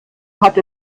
hat